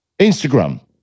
instagram